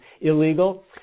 illegal